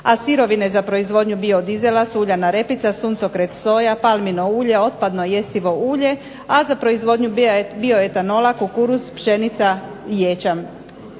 A sirovine za proizvodnju biodizela su uljana repica, suncokret, soja, palmino ulje, otpadno jestivo ulje, a za proizvodnju bioetanola kukuruz, pšenica i ječam.